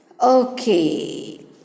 Okay